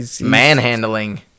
manhandling